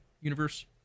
universe